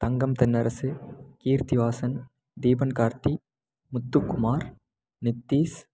Thangam Thennarasu Keerthivasan Deepan Karthi Muthukumar Nithish